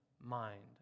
mind